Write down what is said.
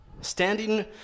standing